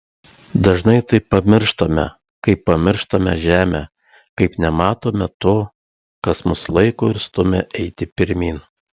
dažnai tai pamirštame kaip pamirštame žemę kaip nematome to kas mus laiko ir stumia eiti pirmyn